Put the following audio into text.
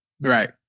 right